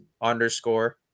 underscore